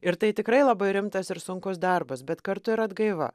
ir tai tikrai labai rimtas ir sunkus darbas bet kartu ir atgaiva